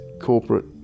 corporate